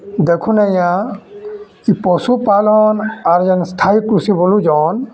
ଦେଖୁନ୍ ଆଜ୍ଞା ଇ ପଶୁପାଲନ୍ ଆର୍ ଯେନ୍ ସ୍ଥାୟୀ କୃଷି ବଲୁଚନ୍